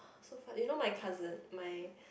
so far you know my cousin my